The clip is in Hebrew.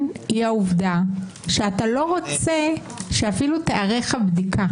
העובדה שאינך רוצה שאפילו תיערך הבדיקה.